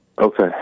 Okay